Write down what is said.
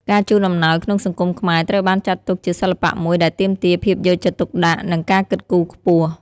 ការជូនអំណោយក្នុងសង្គមខ្មែរត្រូវបានចាត់ទុកជាសិល្បៈមួយដែលទាមទារភាពយកចិត្តទុកដាក់ និងការគិតគូរខ្ពស់។